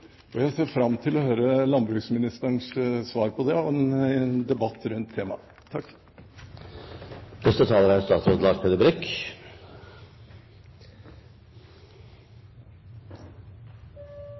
Jeg ser fram til å høre landbruksministerens svar og en debatt rundt temaet.